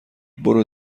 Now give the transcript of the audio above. برو